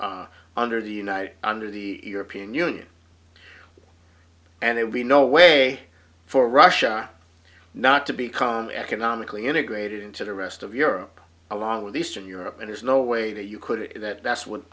under the unite under the european union and it would be no way for russia not to become economically integrated into the rest of europe along with eastern europe and there's no way that you could say that that's would